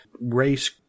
race